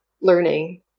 learning